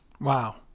Wow